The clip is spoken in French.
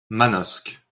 manosque